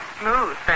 Smooth